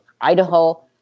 Idaho